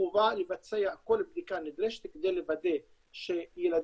חובה לבצע כל בדיקה נדרשת כדי לוודא שילדים